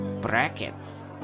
Brackets